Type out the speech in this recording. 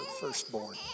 firstborn